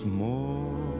more